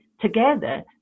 together